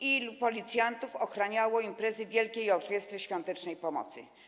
Ilu policjantów ochraniało imprezy Wielkiej Orkiestry Świątecznej Pomocy?